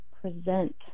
present